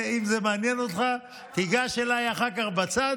אם זה מעניין אותך, תיגש אליי אחר כך בצד,